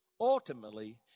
ultimately